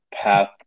path